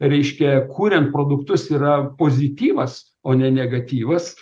reiškia kuriant produktus yra pozityvas o ne negatyvas